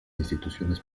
instituciones